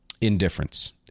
indifference